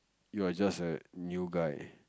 you're just a new guy